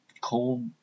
cold